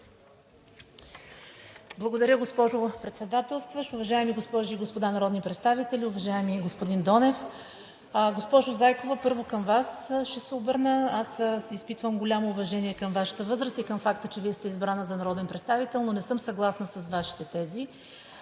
Благодаря, госпожо Председателстващ. Уважаеми госпожи и господа народни представители, уважаеми господин Донев! Госпожо Зайкова, първо към Вас ще се обърна. Аз изпитвам голямо уважение към Вашата възраст и към факта, че Вие сте избрана за народен представител, но не съм съгласна с Вашите тези.